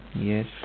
yes